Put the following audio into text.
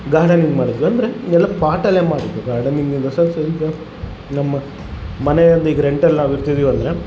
gardening ಮಾಡಿದ್ವಿ ಅಂದರೆ ಎಲ್ಲ ಪಾಟಲ್ಲೆ ಮಾಡಿದ್ದು ಗಾರ್ಡನಿಂಗ್ ಹೊಸ ನಮ್ಮ ಮನೆಯಲ್ಲಿ ಈಗ ರೆಂಟಲ್ಲಿ ನಾವು ಇರ್ತಿದೀವಿ ಅಂದರೆ